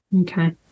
Okay